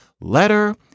letter